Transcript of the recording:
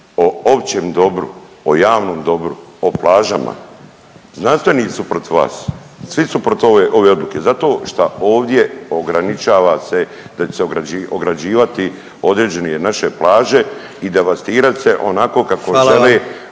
o općem dobru, o javnom dobru, o plažama. Znanstvenici su protiv vas, svi su protiv ove odluke zato šta ovdje ograničava se da će se ograđivati određeni naše plaže i devastirati se onako kako žele